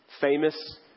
famous